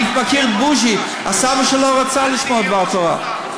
אני מכיר את בוז'י, הסבא שלו רצה לשמוע דבר תורה.